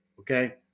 Okay